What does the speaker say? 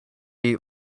eat